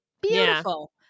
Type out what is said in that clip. beautiful